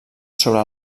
sobre